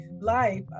life